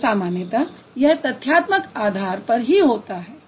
तो सामान्यतः यह तथ्यात्मक आधार पर ही होता है